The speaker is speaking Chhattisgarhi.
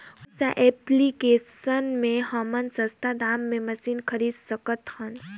कौन सा एप्लिकेशन मे हमन सस्ता दाम मे मशीन खरीद सकत हन?